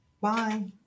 Bye